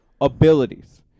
Abilities